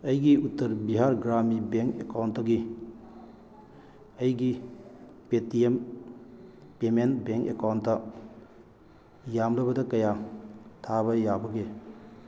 ꯑꯩꯒꯤ ꯎꯇꯔ ꯕꯤꯍꯥꯔ ꯒ꯭ꯔꯥꯃꯤꯟ ꯕꯦꯡꯛ ꯑꯦꯀꯥꯎꯟꯗꯒꯤ ꯑꯩꯒꯤ ꯄꯦꯇꯤꯑꯦꯝ ꯄꯦꯃꯦꯟ ꯕꯦꯡ ꯑꯦꯀꯥꯎꯟꯗ ꯌꯥꯝꯂꯕꯗ ꯀꯌꯥ ꯊꯥꯕ ꯌꯥꯕꯒꯦ